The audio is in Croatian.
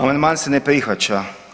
Amandman se ne prihvaća.